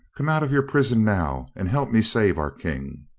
come out of your prison now and help me save our king.